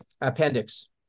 appendix